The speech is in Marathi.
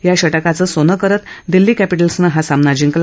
या षटकाचं सोनं करत दिल्ली कॅपिटल्सनं हा सामना जिंकला